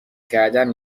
کردن